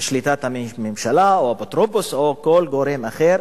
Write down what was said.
לשליטת הממשלה או האפוטרופוס או כל גורם אחר,